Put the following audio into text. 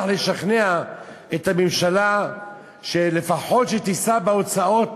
לשכנע את הממשלה שלפחות תישא בהוצאות,